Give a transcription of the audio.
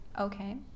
okay